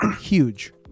huge